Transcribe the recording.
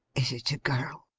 is it a girl